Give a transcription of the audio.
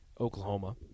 Oklahoma